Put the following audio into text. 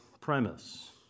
premise